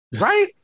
right